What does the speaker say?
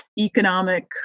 economic